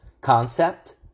concept